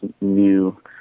new